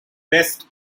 best